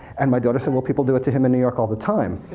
and my daughter said, well, people do it to him in new york all the time.